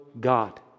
God